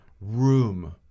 room